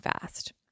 fast